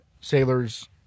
sailors